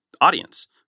audience